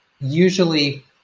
usually